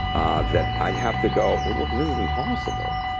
ah that i'd have to go, look, this is impossible.